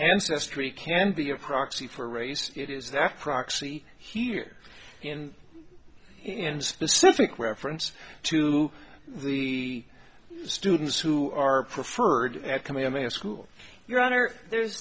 ancestry can be a proxy for race it is that proxy here in specific reference to the students who are preferred coming i mean a school your honor there's